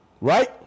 Right